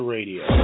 Radio